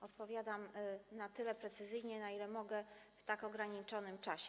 Odpowiadam na tyle precyzyjnie, na ile mogę w tak ograniczonym czasie.